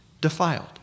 defiled